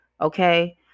okay